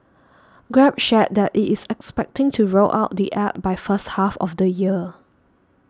grab shared that it is expecting to roll out the App by first half of the year